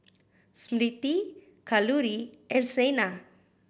Smriti Kalluri and Saina